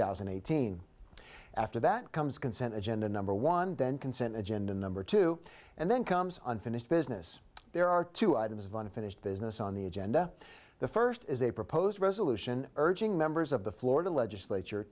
thousand and eighteen after that comes consent agenda number one then consent agenda number two and then comes unfinished business there are two items of unfinished business on the agenda the first is a proposed resolution urging members of the florida legislature